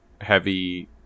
heavy